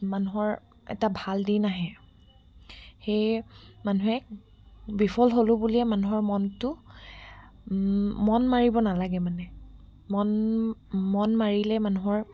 মানুহৰ এটা ভাল দিন আহে সেয়ে মানুহে বিফল হ'লোঁ বুলিয়ে মানুহৰ মনটো মন মাৰিব নালাগে মানে মন মন মাৰিলে মানুহৰ